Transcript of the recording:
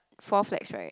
four flags right